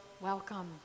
welcome